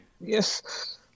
Yes